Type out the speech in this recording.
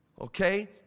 okay